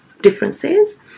differences